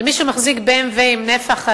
על מי שמחזיק BMW עם נפח,